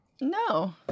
no